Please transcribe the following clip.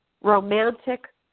romantic